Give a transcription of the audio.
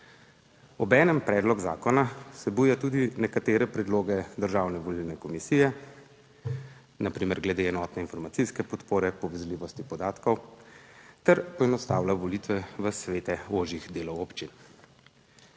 Obenem predlog zakona vsebuje tudi nekatere predloge Državne volilne komisije, na primer glede enotne informacijske podpore, povezljivosti podatkov ter poenostavlja volitve v svete ožjih delov občin.